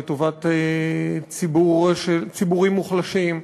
לטובת ציבורים מוחלשים,